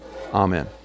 Amen